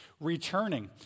returning